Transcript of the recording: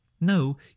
No